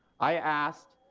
i ask